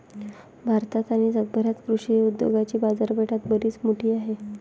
भारतात आणि जगभरात कृषी उद्योगाची बाजारपेठ बरीच मोठी आहे